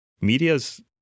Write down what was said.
media's